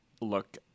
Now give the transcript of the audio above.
Look